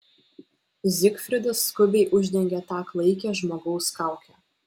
zigfridas skubiai uždengė tą klaikią žmogaus kaukę